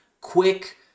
quick